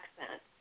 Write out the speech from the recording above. accent